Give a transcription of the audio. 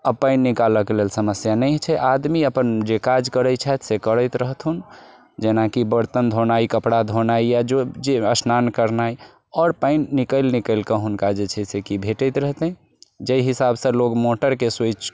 आब पानि निकालऽके लेल समस्या नहि छै आदमी अपन जे काज करैत छथि से करैत रहथुन जेनाकि बर्तन धोनाइ कपड़ा धोनाइ या जे स्नान करनाइ आओर पानि निकालि निकालि कऽ हुनका जे छै से कि भेटैत रहतनि जहि हिसाबसँ लोग मोटरके स्विच